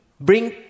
bring